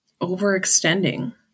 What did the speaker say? overextending